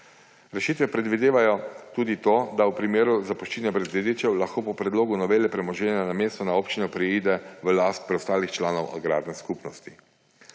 Rešitve predvidevajo tudi to, da v primeru zapuščine brez dedičev lahko po predlogu novele premoženje namesto na občino preide v last preostalih članov agrarne skupnosti.